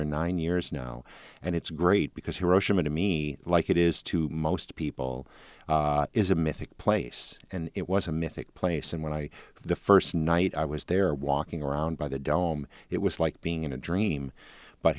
there nine years now and it's great because here ocean to me like it is to most people is a mythic place and it was a mythic place and when i the first night i was there walking around by the dome it was like being in a dream but